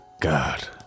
god